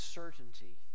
certainty